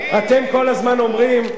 אתם כל הזמן אומרים,